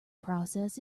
process